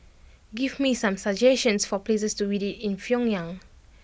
give me some suggestions for places to visit in Pyongyang